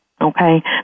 Okay